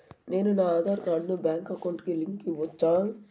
నేను నా ఆధార్ కార్డును బ్యాంకు అకౌంట్ కి లింకు ఇవ్వొచ్చా?